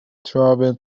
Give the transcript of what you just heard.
travel